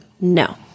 no